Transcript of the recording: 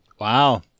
wow